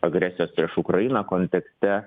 agresijos prieš ukrainą kontekste